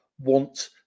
want